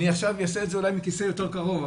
אני עכשיו אעשה את זה מכיסא יותר קרוב,